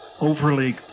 overly